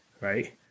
right